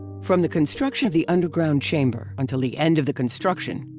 from the construction of the underground chamber until the end of the construction,